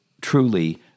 truly